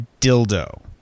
dildo